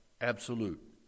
absolute